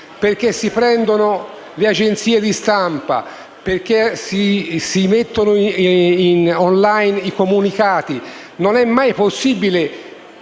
perché si prendono le agenzie di stampa e si mettono *online* i comunicati. Non è mai possibile